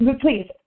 Please